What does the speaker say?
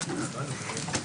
הישיבה ננעלה בשעה 11:30.